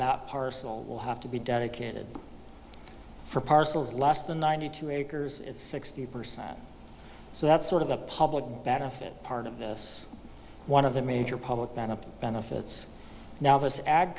that parcel will have to be dedicated for parcels less than ninety two acres it's sixty percent so that's sort of the public benefit part of this one of the major public benefit benefits now this a